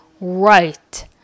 right